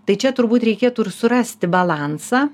tai čia turbūt reikėtų ir surasti balansą